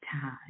time